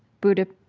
buddha